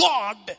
God